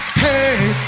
hey